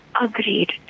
Agreed